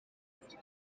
imbere